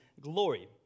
glory